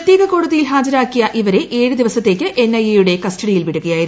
പ്രത്യേക കോടതിയൽ ഹാജരാക്കിയ ഇവരെ ഏഴ് ദിവസത്തേക്ക് എൻഐയുടെ കസ്റ്റഡിയിൽ വിടുകയായിരുന്നു